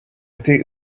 take